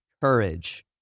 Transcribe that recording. courage